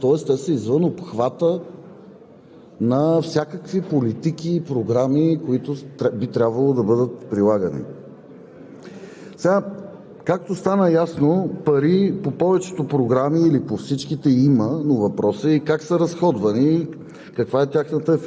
Забележете нещо, което, даже меко казано тревожно, е крайно притеснително – 81 хил. деца никога не са ходили на училище, тоест те са извън обхвата на всякакви политики и програми, които би трябвало да бъдат прилагани.